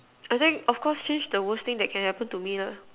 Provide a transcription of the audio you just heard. I think of course the worst thing that can happen to me lah